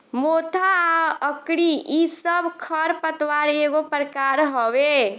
मोथा आ अकरी इ सब खर पतवार एगो प्रकार हवे